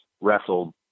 wrestled